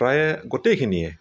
প্ৰায়ে গোটেইখিনিয়ে